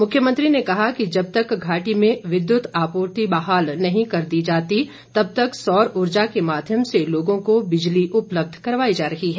मुख्यमंत्री ने कहा कि जब तक घाटी में विद्युत आपूर्ति बहाल नही कर दी जाती तब तक सौर उर्जा के माध्यम से लोगों को बिजली उपलब्ध करवाई जा रही है